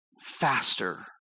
faster